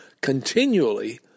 continually